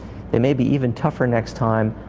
they may be even tougher next time.